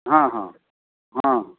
ହଁ ହଁ ହଁ